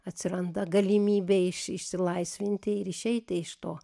atsiranda galimybė iš išsilaisvinti ir išeiti iš to